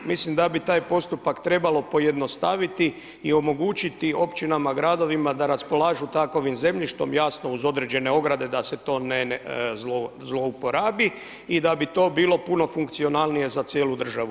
Mislim da bi taj postupak trebalo pojednostaviti i omogućiti općinama, gradovima, da raspolažu takovim zemljištem, jasno uz određene ograde, da se to ne zlouporabi i da bi to bilo puno funkcionalnije za cijelu državu.